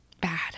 bad